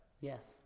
Yes